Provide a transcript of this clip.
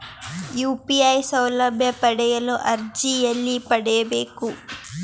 UPI ಸೌಲಭ್ಯ ಪಡೆಯಲು ಅರ್ಜಿ ಎಲ್ಲಿ ಪಡಿಬೇಕು?